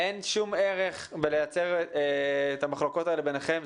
אין שום ערך לייצר את המחלוקות האלה ביניכם.